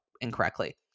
incorrectly